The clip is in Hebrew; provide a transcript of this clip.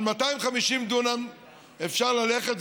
על 250 דונם אפשר ללכת,